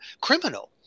criminal